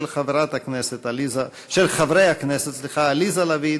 של חברי הכנסת עליזה לביא,